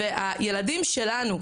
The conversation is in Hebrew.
והילדים שלנו,